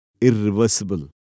irreversible